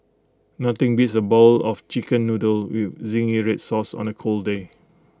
nothing beats A bowl of Chicken Noodles with Zingy Red Sauce on A cold day